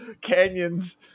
canyons